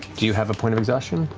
do you have a point of exhaustion,